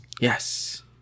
Yes